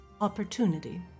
opportunity